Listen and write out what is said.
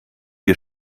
wir